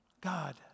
God